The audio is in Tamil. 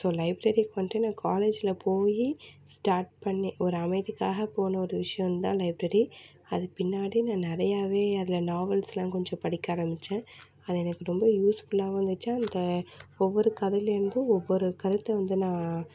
ஸோ லைப்ரரிக்கு வந்துட்டு நான் காலேஜில் போய் ஸ்டாட் பண்ணி ஒரு அமைதிக்காக போன ஒரு விஷயம் தான் லைப்ரரி அதுக்கு பின்னாடி நான் நிறையாவே அதில் நாவல்ஸ்லாம் கொஞ்சம் படிக்க ஆரமிச்சேன் அது எனக்கு ரொம்ப யூஸ்ஃபுல்லாவும் இருந்துச்சு அந்த ஒவ்வொரு கதையிலேருந்தும் ஒவ்வொரு கருத்தை வந்து நான்